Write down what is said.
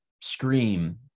scream